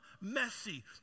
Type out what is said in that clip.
messy